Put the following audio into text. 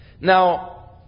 Now